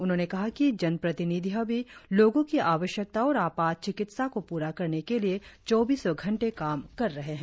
उन्होंने कहा कि जन प्रतिनिधियां भी लोगों की आवश्यकताओं और आपात चिकित्सा को पूरा करने के लिए चौबीसो घंटे काम कर रहे हैं